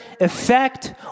effect